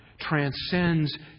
transcends